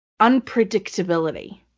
unpredictability –